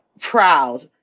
proud